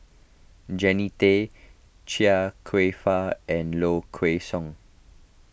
Jannie Tay Chia Kwek Fah and Low Kway Song